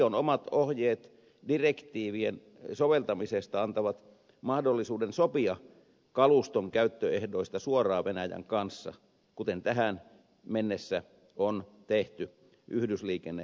komission omat ohjeet direktiivien soveltamisesta antavat mahdollisuuden sopia kaluston käyttöehdoista suoraan venäjän kanssa kuten tähän mennessä on tehty yhdysliikennesopimuksella